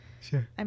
Sure